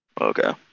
Okay